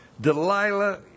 Delilah